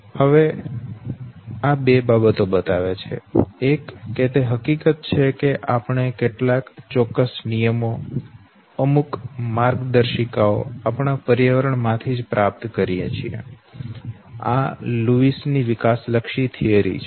હવે આ બે બાબતો બતાવે છે એક તે હકીકત છે કે આપણે કેટલાક ચોક્કસ નિયમો અમુક માર્ગદર્શિકાઓ આપણા પર્યાવરણમાંથી જ પ્રાપ્ત કરીએ છીએઆ લુઇસે ની વિકાસલક્ષી થીયરી Lewis' development theory છે